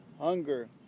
hunger